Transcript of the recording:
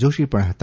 જોશી પણ હતા